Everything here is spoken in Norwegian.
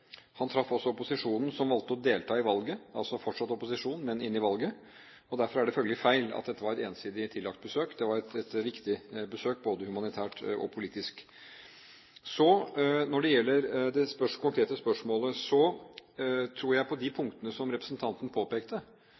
han traff også opposisjonen, som valgte å delta i valget – altså fortsatt opposisjon, men inn i valget. Derfor er det feil at dette var et ensidig tillagt besøk; det var et viktig besøk både humanitært og politisk. Når det gjelder det konkrete spørsmålet, de punktene som representanten påpekte, tror jeg